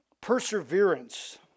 Perseverance